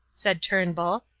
said turnbull,